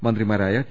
മന്ത്രിമാരായ ടി